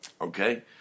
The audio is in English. Okay